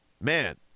man